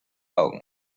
augen